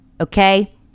okay